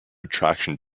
attraction